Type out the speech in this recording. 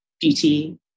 beauty